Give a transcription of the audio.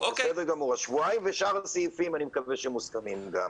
אז שבועיים ושאר הסעיפים אני מקווה שהם גם מוסכמים.